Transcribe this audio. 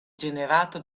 generato